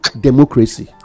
democracy